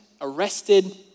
arrested